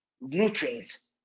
nutrients